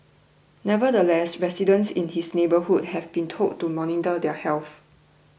nevertheless residents in his neighbourhood have been told to monitor their health